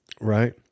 right